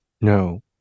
No